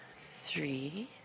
three